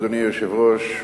אדוני היושב-ראש,